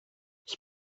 ich